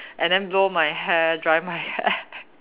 and then blow my hair dry my hair